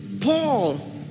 Paul